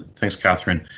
thanks catherine.